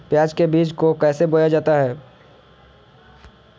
प्याज के बीज को कैसे बोया जाता है?